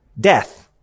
Death